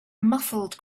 muffled